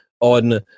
on